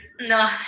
No